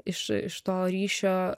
iš iš to ryšio